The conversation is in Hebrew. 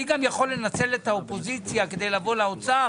אני גם יכול לנצל את האופוזיציה כדי לבוא לאוצר,